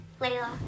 Layla